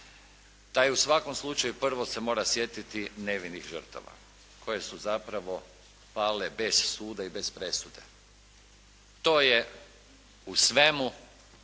taj u svakom slučaju prvo se mora sjetiti nevinih žrtava koje su zapravo pale bez suda i bez presude. To je u svemu